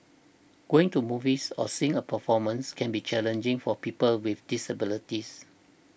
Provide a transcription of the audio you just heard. going to movies or seeing a performance can be challenging for people with disabilities